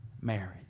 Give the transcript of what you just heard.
marriage